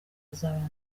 azabanza